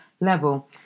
level